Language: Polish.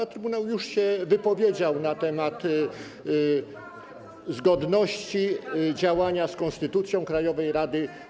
a trybunał już się wypowiedział na temat zgodności działania z konstytucją Krajowej Rady Sądownictwa.